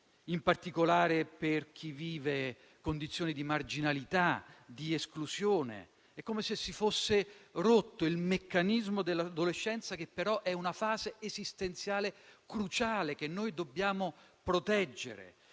in particolare per chi vive condizioni di marginalità e di esclusione. È come se si fosse rotto il meccanismo dell'adolescenza, che però è una fase esistenziale cruciale, che dobbiamo proteggere,